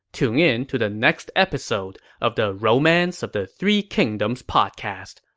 tune in to the next episode of the romance of the three kingdoms podcast.